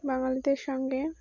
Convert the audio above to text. বাঙালিদের সঙ্গে